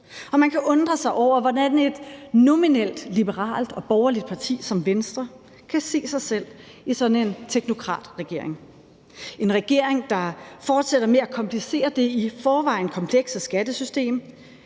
man kan undre sig over, hvordan et nominelt liberalt og borgerligt parti som Venstre kan se sig selv i sådan en teknokratregering. Det er en regering, der fortsætter med at komplicere det i forvejen komplekse skattesystem